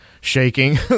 shaking